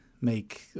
make